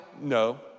No